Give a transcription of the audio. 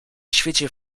świecie